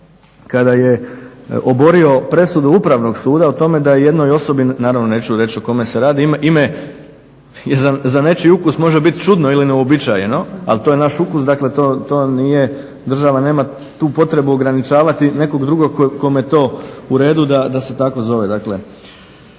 kada je oborio presudu Upravnog suda o tome da je jednoj osobi, naravno neću reći o kome se radi, ime i za nečiji ukus može biti čudno ili neuobičajeno ali to je naš ukus, dakle to nije, država nema tu potrebu ograničavati nekog drugog kome je to u redu da se tako zove.